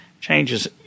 changes